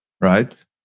right